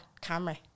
camera